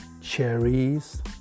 cherries